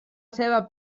ceba